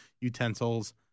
utensils